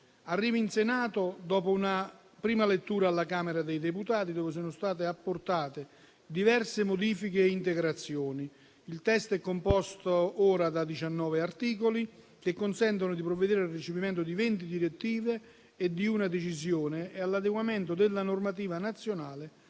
arriva in Senato dopo una prima lettura alla Camera dei deputati, dove sono state apportate diverse modifiche e integrazioni. Il testo è composto ora da diciannove articoli, che consentono di provvedere al recepimento di venti direttive e di una decisione, e all'adeguamento della normativa nazionale